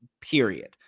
period